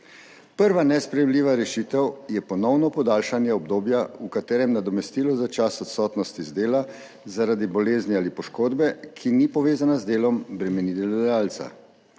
Prva nesprejemljiva rešitev je ponovno podaljšanje obdobja, v katerem nadomestilo za čas odsotnosti z dela zaradi bolezni ali poškodbe, ki ni povezana z delom, bremeni delodajalca.